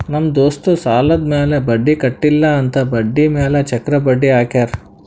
ನಮ್ ದೋಸ್ತ್ ಸಾಲಾದ್ ಮ್ಯಾಲ ಬಡ್ಡಿ ಕಟ್ಟಿಲ್ಲ ಅಂತ್ ಬಡ್ಡಿ ಮ್ಯಾಲ ಚಕ್ರ ಬಡ್ಡಿ ಹಾಕ್ಯಾರ್